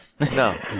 no